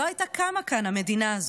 לא הייתה קמה כאן המדינה הזאת,